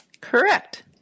Correct